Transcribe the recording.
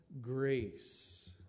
Grace